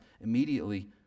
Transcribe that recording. immediately